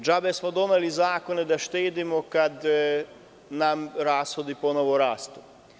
Džabe smo doneli zakon da štedimo kada nam rashodi ponovo rastu.